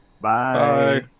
Bye